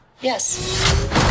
Yes